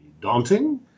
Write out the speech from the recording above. daunting